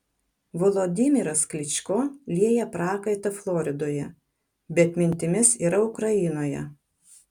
volodymyras klyčko lieja prakaitą floridoje bet mintimis yra ukrainoje